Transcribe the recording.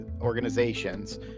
Organizations